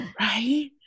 Right